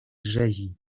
rzezi